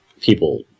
people